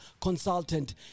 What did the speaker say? consultant